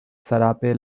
zarape